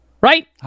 right